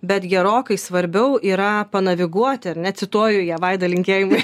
bet gerokai svarbiau yra panaviguoti ar ne cituoju ją vaida linkėjimai